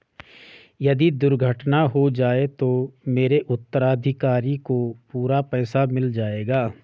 यदि दुर्घटना हो जाये तो मेरे उत्तराधिकारी को पूरा पैसा मिल जाएगा?